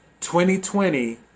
2020